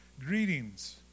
Greetings